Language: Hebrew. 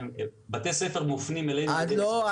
בתי ספר מופנים אלינו --- לא,